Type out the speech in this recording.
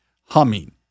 humming